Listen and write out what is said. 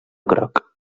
groc